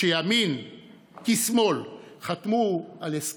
רבותיי, עם ישראל חוזר להר הבית.